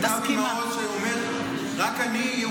אל תצדיק את אבי מעוז,